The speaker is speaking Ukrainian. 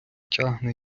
тягне